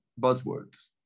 buzzwords